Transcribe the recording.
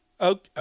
Okay